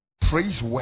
praise